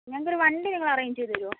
ഞങ്ങൾക്കൊരു വണ്ടി നിങ്ങൾ അറേഞ്ച് ചെയ്ത് തരുമോ